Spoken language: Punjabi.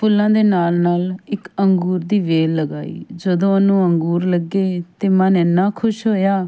ਫੁੱਲਾਂ ਦੇ ਨਾਲ ਨਾਲ ਇੱਕ ਅੰਗੂਰ ਦੀ ਵੇਲ ਲਗਾਈ ਜਦੋਂ ਉਹਨੂੰ ਅੰਗੂਰ ਲੱਗੇ ਅਤੇ ਮਨ ਇੰਨਾਂ ਖੁਸ਼ ਹੋਇਆ